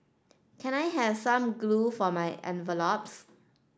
can I have some glue for my envelopes